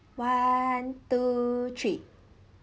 one two three